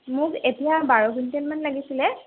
মোক এতিয়া বাৰ কুইণ্টালমান লাগিছিলে